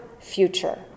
future